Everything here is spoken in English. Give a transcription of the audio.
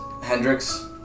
Hendrix